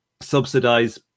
subsidize